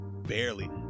barely